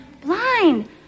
blind